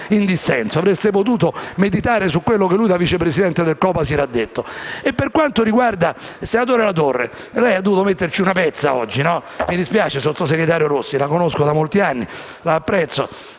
avreste potuto meditare su quello che lui, da vice presidente del COPASIR, ha detto.